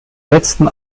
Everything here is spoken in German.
letzten